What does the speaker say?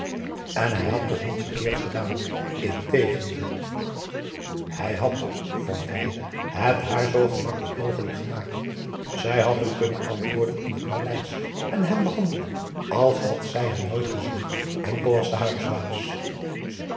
en hij had toch niets verkeerds gedaan integendeel hij had vond hij het haar zoo gemakkelijk mogelijk gemaakt zij had hem kunnen antwoorden in het maleisch en hem behandelen als had zij hem nooit gezien enkel als de huisbaas